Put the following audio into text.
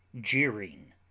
jeering